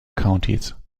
countys